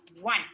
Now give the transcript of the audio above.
one